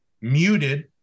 muted